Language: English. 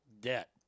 debt